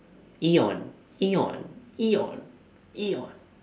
eon eon eon eon